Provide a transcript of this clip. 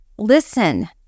Listen